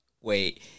Wait